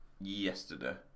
yesterday